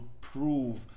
prove